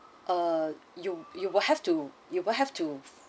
uh you you will have to you will have to